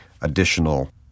additional